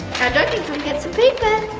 duncan, come get some paper.